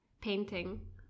painting